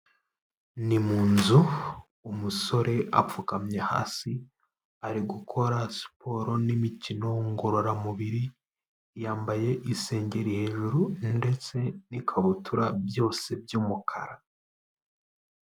Ni mu nzu umusore apfukamye hasi ari gukora siporo n'imikino ngororamubiri, yambaye isengeri hejuru ndetse n'ikabutura byose by'umukara.